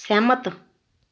ਸਹਿਮਤ